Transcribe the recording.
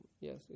yes